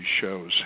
shows